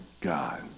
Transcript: God